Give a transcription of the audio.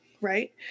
right